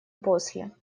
после